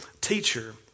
teacher